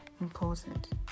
important